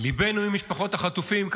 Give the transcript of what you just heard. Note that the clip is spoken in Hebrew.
ליבנו עם משפחות החטופים.